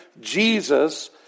Jesus